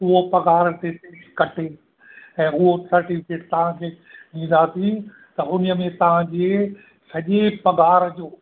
उहो पघार ते कटे ऐं उहो सर्टिफिकेट तव्हांखे ॾींदासी त उन ई में तव्हांजे सॼे पघार जो